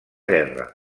guerra